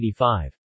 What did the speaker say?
1985